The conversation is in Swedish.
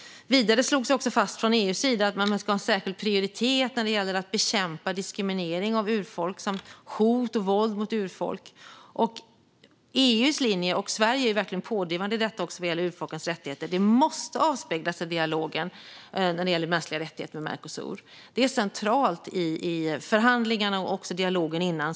Vidare slogs det också fast från EU:s sida att man ska ha en särskild prioritet när det gäller att bekämpa diskriminering av urfolk, som hot och våld mot urfolk. EU:s linje är, och Sverige är verkligen pådrivande när det gäller urfolkens rättigheter, att detta måste avspeglas i dialogen när det gäller mänskliga rättigheter i fråga om Mercosur. Det är centralt i förhandlingarna och också i dialogen före.